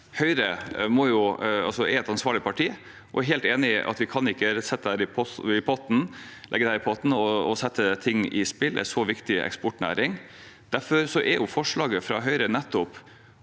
Høyre er et ansvarlig parti, og jeg er helt enig i at vi ikke bare kan legge dette i potten og sette ting i spill. Dette er en så viktig eksportnæring. Derfor er nettopp forslaget fra Høyre at